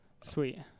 Sweet